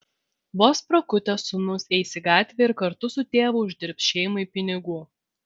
vos prakutęs sūnus eis į gatvę ir kartu su tėvu uždirbs šeimai pinigų